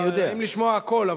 נעים לשמוע הכול,